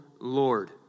Lord